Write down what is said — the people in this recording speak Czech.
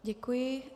Děkuji.